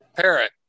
Parrot